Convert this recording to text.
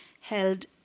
held